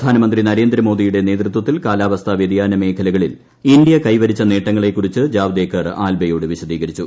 പ്രധാനമന്ത്രി നരേന്ദ്രമോദിയുടെ നേതൃത്വത്തിൽ കാലാവസ്ഥാ വൃതയാന മേഖലകളിൽ ഇന്തൃ കൈവരിച്ച നേട്ടങ്ങളെക്കുറിച്ച് ജാവ്ദേക്കർ ആൽബെയോട് വിശദീകരിച്ചു